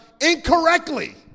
incorrectly